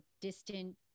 distant